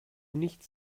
nicht